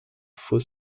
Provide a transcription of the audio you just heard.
faux